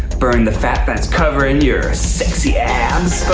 burn the fat that's covering your sexy abs.